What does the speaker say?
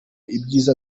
ibyiza